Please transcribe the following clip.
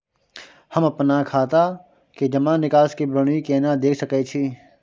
हम अपन खाता के जमा निकास के विवरणी केना देख सकै छी?